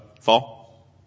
fall